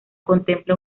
contempla